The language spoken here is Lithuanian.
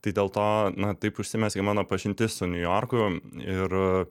tai dėl to na taip užsimezgė mano pažintis su niujorku ir